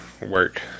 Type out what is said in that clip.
work